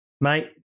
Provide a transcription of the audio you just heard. Mate